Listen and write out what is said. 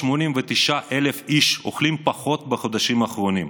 789,000 איש אוכלים פחות בחודשים האחרונים,